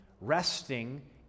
resting